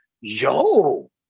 yo